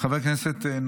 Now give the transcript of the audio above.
חבר הכנסת עודד פורר,